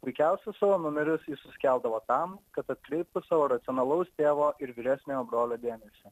puikiausius savo numerius jis suskeldavo tam kad atkreiptų savo racionalaus tėvo ir vyresniojo brolio dėmesį